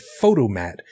Photomat